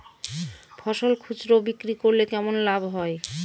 ফসল খুচরো বিক্রি করলে কেমন লাভ হবে?